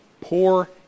poor